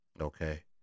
Okay